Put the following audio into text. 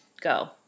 go